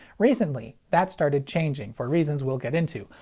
recently, that's started changing for reasons we'll get into,